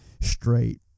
straight